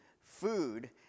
food